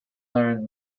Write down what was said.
learned